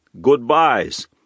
goodbyes